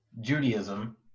Judaism